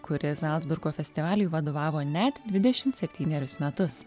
kuri zalcburgo festivaliui vadovavo net dvidešimt septynerius metus